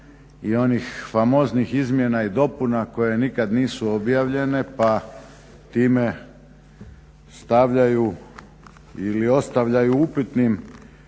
i onih famoznih izmjena i dopuna koje nikad nisu objavljene pa time stavljaju ili ostavljaju upitnim